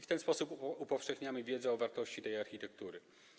W ten sposób upowszechniamy wiedzę o wartości tej architektury.